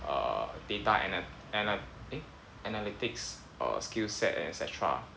err data ana~ ana~ eh analytics err skill set and et cetera